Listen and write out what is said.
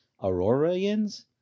Aurorians